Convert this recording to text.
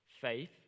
faith